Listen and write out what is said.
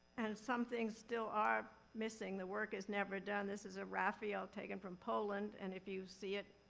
and some things still are missing, the work is never done. this is a raphael taken from poland and if you see it,